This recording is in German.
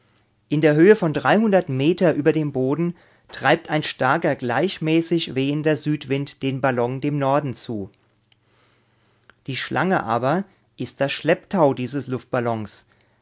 in der höhe von dreihundert meter über dem boden treibt ein starker gleichmäßig wehender südwind den ballon dem norden zu die schlange aber ist das schlepptau dieses